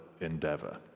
endeavor